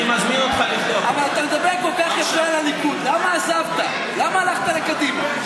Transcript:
מה היה לך רע בליכוד שהלכת לקדימה?